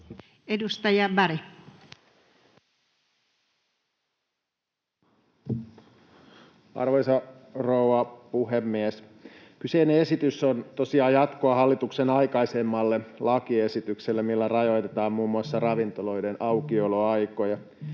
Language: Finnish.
Content: Arvoisa rouva puhemies! Kyseinen esitys on tosiaan jatkoa hallituksen aikaisemmalle lakiesitykselle, millä rajoitetaan muun muassa ravintoloiden aukioloaikoja.